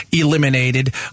eliminated